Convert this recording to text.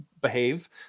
behave